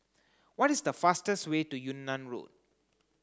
what is the fastest way to Yunnan Road